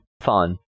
fun